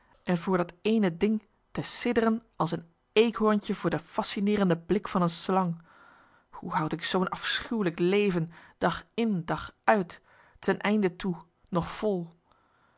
en voor dat ééne ding te sidderen als een eekhoorntje voor de fascineerende blik van marcellus emants een nagelaten bekentenis een slang hoe houd ik zoo'n afschuwelijk leven dag in dag uit ten einde toe nog vol